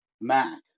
Mac